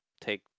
take